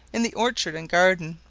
in the orchard and garden,